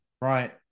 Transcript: Right